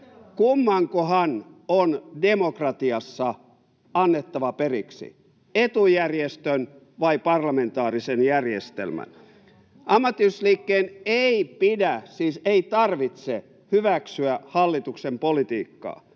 Kummankohan on demokratiassa annettava periksi, etujärjestön vai parlamentaarisen järjestelmän? Ammattiyhdistysliikkeen ei pidä — siis ei tarvitse — hyväksyä hallituksen politiikkaa,